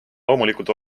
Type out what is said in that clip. loomulikult